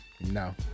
No